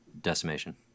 decimation